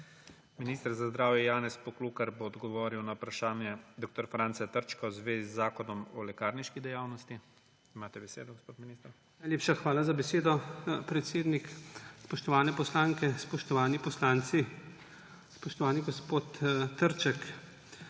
Minister za zdravje, Janez Poklukar bo odgovoril na vprašanje dr. Franca Trčka v zvezi z Zakonom o lekarniški dejavnosti. Imate besedo, gospod minister. JANEZ POKLUKAR: Najlepša hvala za besedo, predsednik. Spoštovane poslanke, spoštovani poslanci, spoštovani gospod Trček!